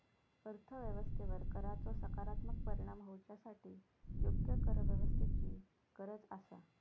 अर्थ व्यवस्थेवर कराचो सकारात्मक परिणाम होवच्यासाठी योग्य करव्यवस्थेची गरज आसा